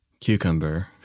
Cucumber